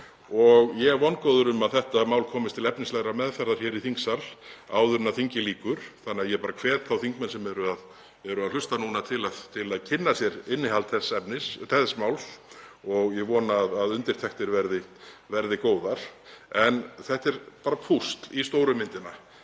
og ég er vongóður um að þetta mál komist til efnislegrar meðferðar hér í þingsal áður en þingi lýkur. Ég hvet þá þingmenn sem eru að hlusta núna til að kynna sér innihald þess máls og ég vona að undirtektir verði góðar. En þetta er bara púsl í stóru myndina.